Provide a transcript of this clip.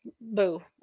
boo